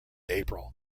april